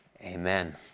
Amen